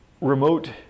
remote